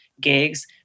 gigs